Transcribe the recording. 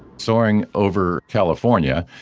soarin' over california,